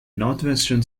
northwestern